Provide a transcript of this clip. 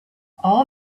all